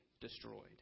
destroyed